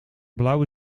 blauwe